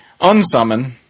unsummon